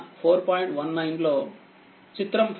19 లో చిత్రం 4